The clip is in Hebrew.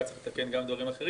היה צריך לתקן דברים אחרים.